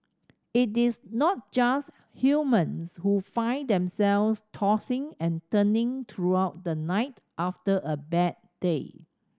it is not just humans who find themselves tossing and turning throughout the night after a bad day